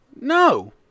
No